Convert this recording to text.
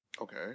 Okay